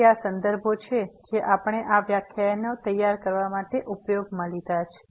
તેથી આ સંદર્ભો છે જે આપણે આ વ્યાખ્યાનો તૈયાર કરવા માટે ઉપયોગમાં લીધા છે